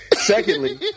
Secondly